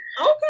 okay